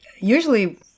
usually